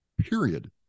Period